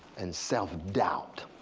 and self-doubt,